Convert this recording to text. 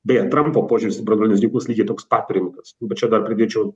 beje trampo požiūris į branduolinius ginklus lygiai toks pat rimtas nu bet čia dar pridėčiau